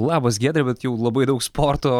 labas giedre bet jau labai daug sporto